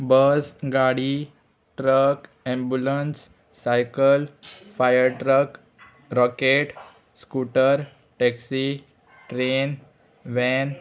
बस गाडी truck ambulance cycle fire truck rocket scooter taxi train van